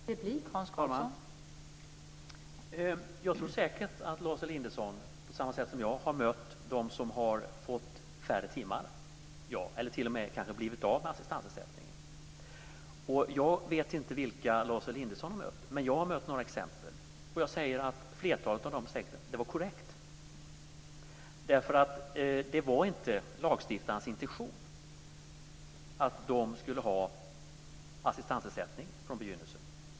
Fru talman! Jag tror säker att Lars Elinderson på samma sätt som jag har mött dem som fått färre timmar eller kanske t.o.m. blivit av med assistansersättningen. Jag vet inte vilka Lars Elinderson möter. Jag har sett några exempel. I flertalet av de fallen var det korrekt. Det var inte lagstiftarens intention från begynnelsen att de personerna skulle ha assistansersättning.